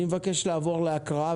אני מבקש לעבור להקראה,